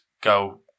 go